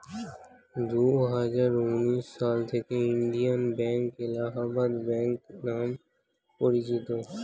দুহাজার উনিশ সাল থেকে ইন্ডিয়ান ব্যাঙ্ক এলাহাবাদ ব্যাঙ্ক নাম পরিচিত